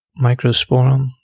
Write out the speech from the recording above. microsporum